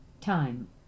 time